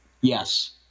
Yes